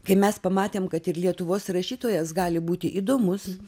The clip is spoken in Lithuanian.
kai mes pamatėm kad ir lietuvos rašytojas gali būti įdomus